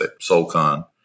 SoulCon